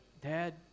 Dad